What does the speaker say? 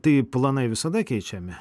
tai planai visada keičiami